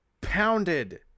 pounded